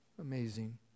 Amazing